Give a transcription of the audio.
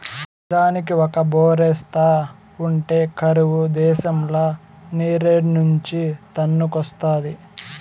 గజానికి ఒక బోరేస్తా ఉంటే కరువు దేశంల నీరేడ్నుంచి తన్నుకొస్తాది